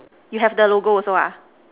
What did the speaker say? you have the logo also ah